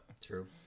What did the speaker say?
True